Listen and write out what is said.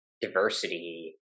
diversity